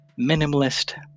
Minimalist